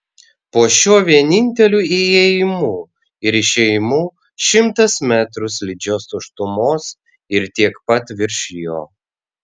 po šiuo vieninteliu įėjimu ir išėjimu šimtas metrų slidžios tuštumos ir tiek pat virš jo